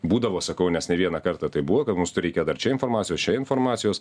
būdavo sakau nes ne vieną kartą taip buvo kad mus reikia dar čia informacijos čia informacijos